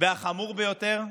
והחמור ביותר,